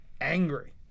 angry